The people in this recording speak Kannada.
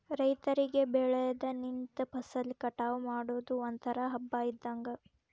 ರೈತರಿಗೆ ಬೆಳದ ನಿಂತ ಫಸಲ ಕಟಾವ ಮಾಡುದು ಒಂತರಾ ಹಬ್ಬಾ ಇದ್ದಂಗ